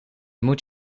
moet